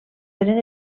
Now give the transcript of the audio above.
eren